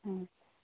হুম